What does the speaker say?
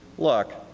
look,